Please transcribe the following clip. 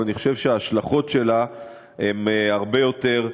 אבל אני חושב שההשלכות שלה הן הרבה יותר רחבות.